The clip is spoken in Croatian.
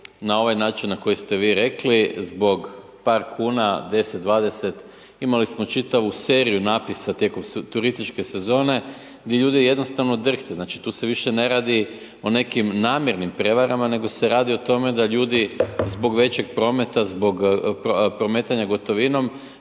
na ovaj način na koji ste vi rekli zbog par kuna, 10, 20, imali smo čitavu seriju napisa tijekom turističke sezone di ljudi jednostavno drhte, znači tu se više ne radi o nekim namjernim prevarama nego se radi o tome da ljudi zbog većeg prometa, zbog prometanja gotovinom